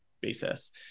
basis